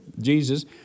Jesus